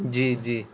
جی جی